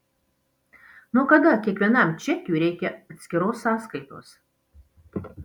nuo kada kiekvienam čekiui reikia atskiros sąskaitos